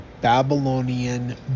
Babylonian